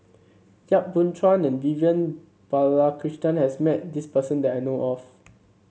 Yap Boon Chuan and Vivian Balakrishnan has met this person that I know of